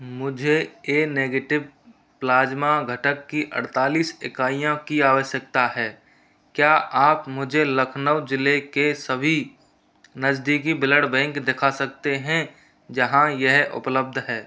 मुझे A negative plasma घटक की अड़तालीस इकाइयाँ की आवश्यकता है क्या आप मुझे लखनऊ ज़िले के सभी नज़दीकी ब्लड बैंक देखा सकते हैं जहाँ यह उपलब्ध है